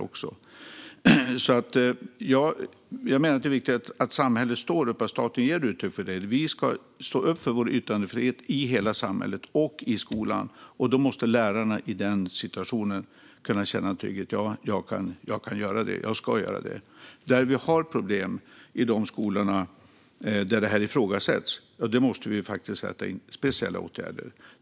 Jag menar att det viktiga är att samhället står upp och att staten ger uttryck för det. Vi ska stå upp för vår yttrandefrihet i hela samhället och i skolan, och lärarna måste kunna känna trygghet i den här situationen och känna att de kan och ska göra det. När vi har problem med ifrågasättande i skolor måste vi sätta in speciella åtgärder.